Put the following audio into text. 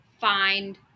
find